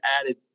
added